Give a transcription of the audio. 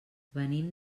venim